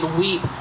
weep